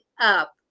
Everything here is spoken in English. up